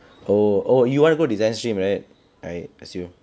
oh oh you want to go design stream is it I I assume